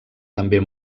també